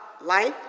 life